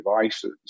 devices